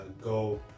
go